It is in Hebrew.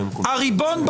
הריבון,